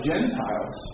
Gentiles